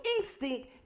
instinct